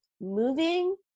moving